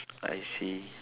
I see